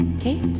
Kate